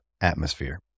atmosphere